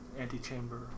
antechamber